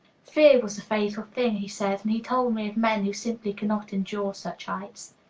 fear was the fatal thing, he said, and he told me of men who simply cannot endure such heights.